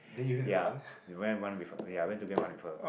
ya we went to run with her ya went to go and run with her